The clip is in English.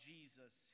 Jesus